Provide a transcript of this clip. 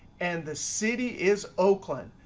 and the city is oakland,